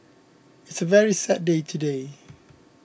it's a very sad day today